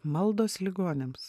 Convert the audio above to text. maldos ligoniams